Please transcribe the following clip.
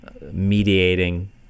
mediating